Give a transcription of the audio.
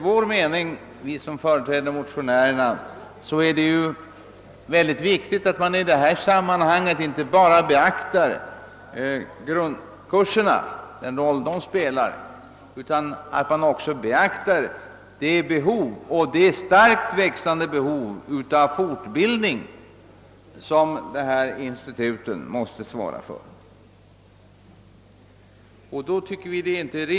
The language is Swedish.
Vi som företräder motionärerna anser det vara mycket viktigt att man i detta sammanhang beaktar inte bara den roll grundkurserna spelar utan också det starkt växande behovet av fortbildning, som dessa institut måste svara för.